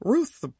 Ruth